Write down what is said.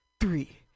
three